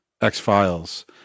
X-Files